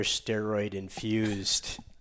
steroid-infused